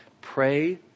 pray